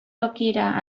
tokira